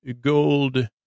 gold